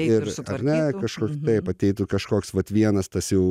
ir ar ne kažkur taip ateitų kažkoks vat vienas tas jau